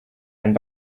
einen